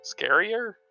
scarier